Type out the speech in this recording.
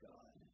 God